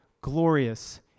glorious